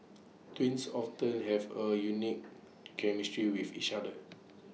twins often have A unique chemistry with each other